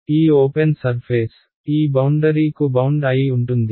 ఈ open surface ఈ boundary కు బౌండ్ అయి ఉంటుంది